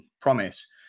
promise